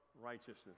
righteousness